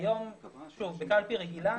היום בקלפי רגילה,